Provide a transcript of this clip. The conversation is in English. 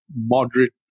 moderate